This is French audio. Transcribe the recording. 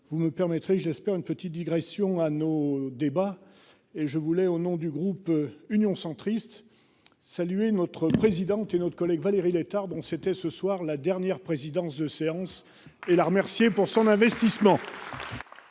Vous me permettrez j'espère une petite digression à nos débats et je voulais, au nom du groupe Union centriste. Saluer notre président une autre collègue Valérie Létard dont c'était ce soir la dernière présidence de séance et l'a remercié pour son investissement.